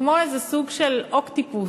שכמו איזה סוג של אוקטופוס,